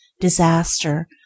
disaster